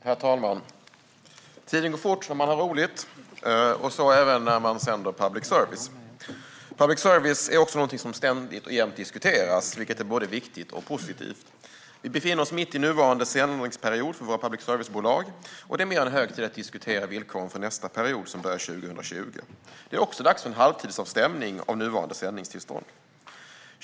Herr talman! Tiden går fort när man har roligt, och så även när man sänder public service. Public service är något som ständigt diskuteras, vilket är både viktigt och positivt. Vi befinner oss mitt i nuvarande sändningsperiod för våra public service-bolag, och det är mer än hög tid att diskutera villkoren för nästa period, som börjar 2020. Det är också dags för en halvtidsavstämning av nuvarande sändningstillstånd.